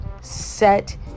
set